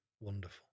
wonderful